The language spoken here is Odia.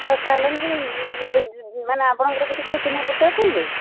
ହଉ ଚାଲନ୍ତୁ ଜି ଜି ମାନେ ଆପଣଙ୍କର ସେଇଠି କିଏ ଚିହ୍ନା ପରିଚ ଅଛନ୍ତି